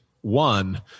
One